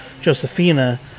josephina